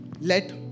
let